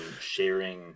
sharing